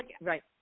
Right